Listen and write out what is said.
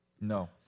No